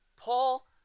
Paul